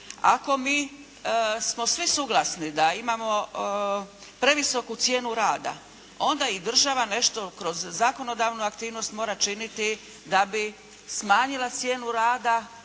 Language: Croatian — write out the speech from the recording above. Ako mi smo svi suglasni da imamo previsoku cijenu rada onda i država nešto kroz zakonodavnu aktivnost mora činiti da bi smanjila cijenu rada